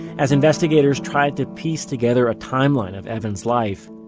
as investigators tried to piece together a timeline of evan's life,